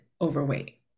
overweight